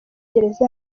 gereza